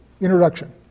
introduction